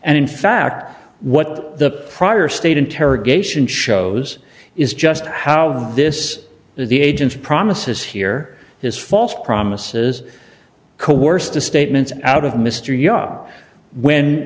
and in fact what the prior state interrogation shows is just how this is the agents promises here is false promises coerced the statements out of mr yob when